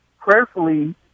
prayerfully